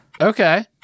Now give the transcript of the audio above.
Okay